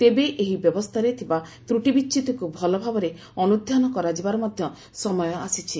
ତେବେ ଏହି ବ୍ୟବସ୍ଥାରେ ଥିବା ତ୍ରଟିବିଚ୍ୟୁତିକୁ ଭଲ ଭାବରେ ଅନୁଧ୍ୟାନ କରାଯିବାର ମଧ୍ୟ ସମୟ ଆସିଛି